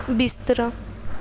ਬਿਸਤਰਾ